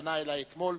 פנה אלי אתמול,